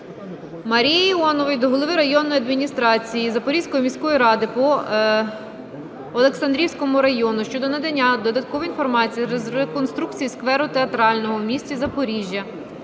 Марії Іонової до голови районної адміністрації Запорізької міської ради по Олександрівському району щодо надання додаткової інформації з реконструкції скверу Театрального у місті Запоріжжя.